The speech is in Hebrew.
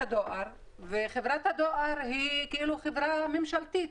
הדואר וחברת הדואר היא כאילו חברה ממשלתית.